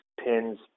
Pins